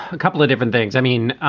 a couple of different things. i mean,